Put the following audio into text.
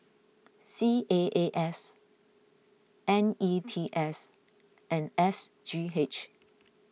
C A A S N E T S and S G H